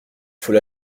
faut